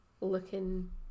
looking